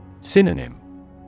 Synonym